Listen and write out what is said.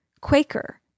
Quaker